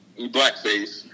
blackface